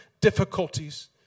difficulties